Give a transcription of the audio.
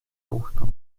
tochter